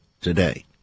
today